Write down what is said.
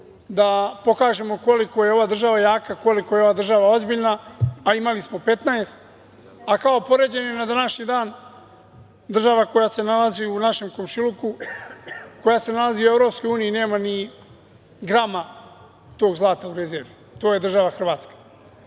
da pokažemo koliko je ova država jaka, koliko je ova država ozbiljna, a imali smo 15. Kao poređenje na današnji dan, država koja se nalazi u našem komšiluku, koja se nalazi u EU nema ni grama tog zlata u rezervi. To je država Hrvatska.E,